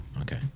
Okay